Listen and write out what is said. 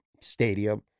stadium